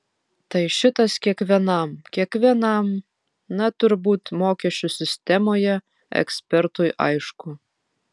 tai šitas kiekvienam kiekvienam na turbūt mokesčių sistemoje ekspertui aišku